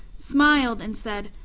smiled and said,